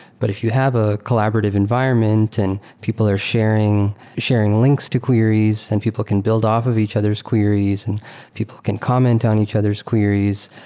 but if you have a collaborative environment and people are sharing sharing links to queries and people can build off of each other s queries and people can comment on each other s queries,